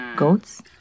goats